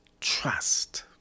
trust